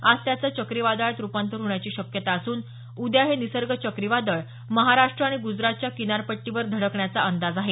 आज त्याचं चक्रीवादळात रूपांतर होण्याची शक्यता असून उद्या हे निसर्ग चक्रीवादळ महाराष्ट्र आणि ग्जरातच्या किनारपट्टीवर धडकण्याचा अंदाज आहे